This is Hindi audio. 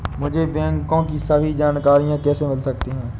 मुझे बैंकों की सभी जानकारियाँ कैसे मिल सकती हैं?